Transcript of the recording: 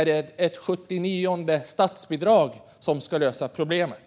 Är det ett 79:e statsbidrag som ska lösa problemet?